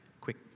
quick